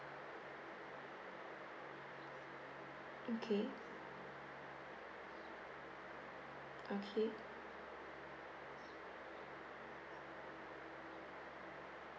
okay okay